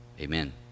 amen